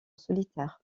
solitaire